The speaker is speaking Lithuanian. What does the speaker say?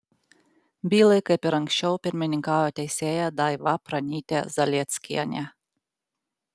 bylai kaip ir anksčiau pirmininkauja teisėja daiva pranytė zalieckienė